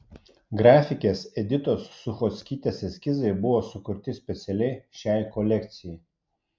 grafikės editos suchockytės eskizai buvo sukurti specialiai šiai kolekcijai